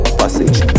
passage